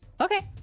Okay